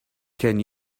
can